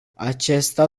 aceasta